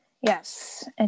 yes